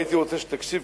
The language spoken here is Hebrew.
הייתי רוצה שתקשיב,